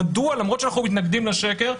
מדוע למרות שאנחנו מתנגדים לשקר,